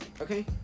Okay